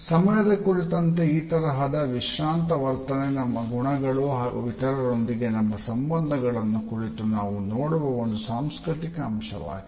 ಸಮಯದ ಕುರಿತಂತೆ ಈ ತರಹದ ವಿಶ್ರಾಂತ ವರ್ತನೆ ನಮ್ಮ ಗುಣಗಳು ಹಾಗೂ ಇತರರೊಂದಿಗೆ ನಮ್ಮ ಸಂಬಂಧಗಳನ್ನು ಕುರಿತು ನಾವು ನೋಡುವ ಒಂದು ಸಾಂಸ್ಕೃತಿಕ ಅಂಶವಾಗಿದೆ